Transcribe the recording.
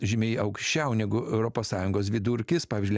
žymiai aukščiau negu europos sąjungos vidurkis pavyzdžiui